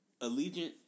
Allegiant